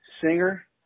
singer